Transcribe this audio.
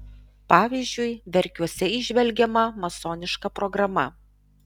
pavyzdžiui verkiuose įžvelgiama masoniška programa